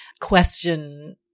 question